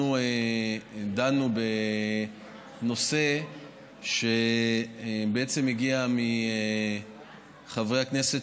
אנחנו דנו בנושא שבעצם הגיע מחברי הכנסת